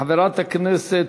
חברת הכנסת,